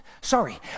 sorry